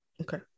Okay